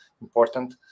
important